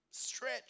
Stretch